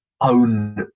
own